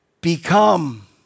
become